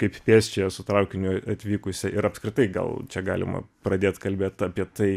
kaip pėsčiojo su traukiniu atvykusiai ir apskritai gal čia galima pradėt kalbėt apie tai